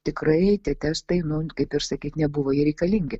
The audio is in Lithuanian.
tikrai tie testai nu kaip ir sakyt nebuvo jie reikalingi